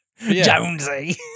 Jonesy